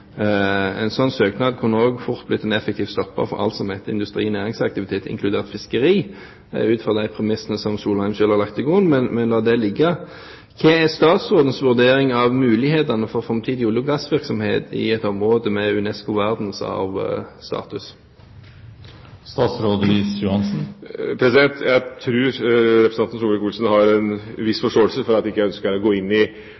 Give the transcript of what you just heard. en sånn søknad også fort kunne bli en effektiv stopper for alt som heter industri- og næringsaktivitet, inkludert fiskeri, ut fra de premissene som Solheim selv har lagt til grunn. Men la det ligge. Hva er statsrådens vurdering av mulighetene for framtidig olje- og gassvirksomhet i et område med UNESCOs verdensarvstatus? Jeg tror representanten Solvik-Olsen har en viss forståelse for at jeg ikke ønsker å gå inn i